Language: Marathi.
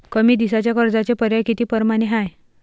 कमी दिसाच्या कर्जाचे पर्याय किती परमाने हाय?